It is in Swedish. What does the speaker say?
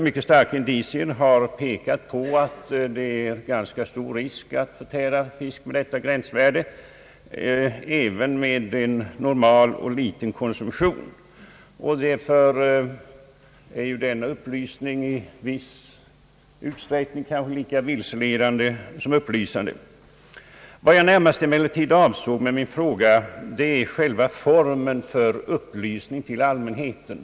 Mycket starka indicier har pekat på att det är förenat med ganska stor risk att förtära fisk vars kvicksilverhalt uppgår till det angivna gränsvärdet, även vid normal konsumtion. Därför är denna upplysning i viss utsträckning kanske lika vilseledande som upplysande. Vad jag närmast avsåg med min fråga var själva formen för upplysning till allmänheten.